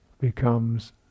becomes